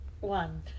one